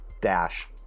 dash